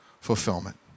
fulfillment